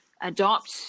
adopt